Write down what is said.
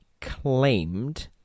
claimed